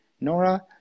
Nora